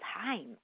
time